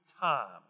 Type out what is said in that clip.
time